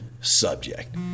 subject